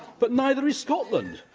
but neither is scotland,